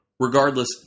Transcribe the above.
Regardless